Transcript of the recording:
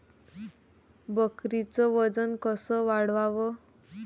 बकरीचं वजन कस वाढवाव?